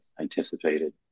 anticipated